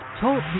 Talk